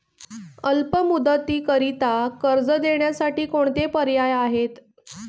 अल्प मुदतीकरीता कर्ज देण्यासाठी कोणते पर्याय आहेत?